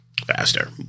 Faster